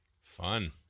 Fun